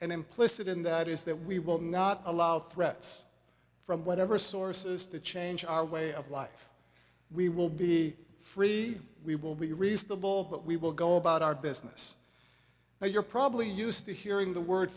and implicit in that is that we will not allow threats from whatever sources to change our way of life we will be free we will be reasonable but we will go about our business now you're probably used to hearing the word